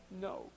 no